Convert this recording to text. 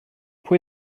pwy